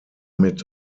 mit